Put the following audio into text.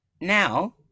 now